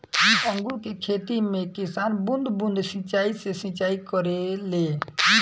अंगूर के खेती में किसान बूंद बूंद सिंचाई से सिंचाई करेले